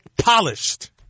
polished